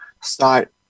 start